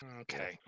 Okay